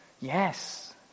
Yes